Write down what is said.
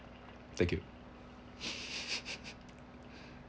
thank you